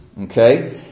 Okay